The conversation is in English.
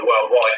worldwide